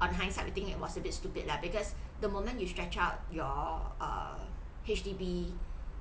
on hindsight we think it was a bit stupid lah because the moment you stretch out your err H_D_B